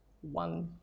one